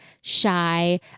shy